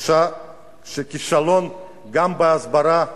בושה של כישלון גם בהסברה,